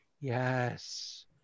yes